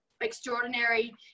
extraordinary